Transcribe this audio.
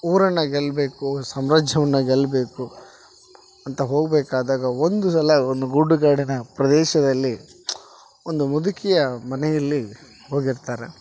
ಊರನ್ನ ಗೆಲ್ಲಬೇಕು ಸಾಮ್ರಾಜ್ಯವನ್ನ ಗೆಲ್ಲಬೇಕು ಅಂತ ಹೋಗಬೇಕಾದಾಗ ಒಂದು ಸಲ ಒಂದು ಗೂಡುಗಾಡಿನ ಪ್ರದೇಶದಲ್ಲಿ ಒಂದು ಮುದುಕಿಯ ಮನೆಯಲ್ಲಿ ಹೋಗಿರ್ತಾರ